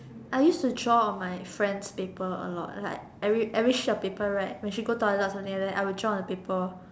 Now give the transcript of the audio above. I used to draw on my friend's paper a lot like every every sheet of paper right when she go toilet or something like that I will draw on her paper